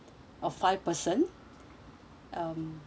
of five person um